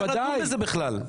הוא לא היה צריך לדון בזה בכלל,